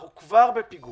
אנחנו כבר בפיגור